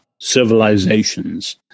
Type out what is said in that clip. civilizations